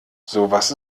sowas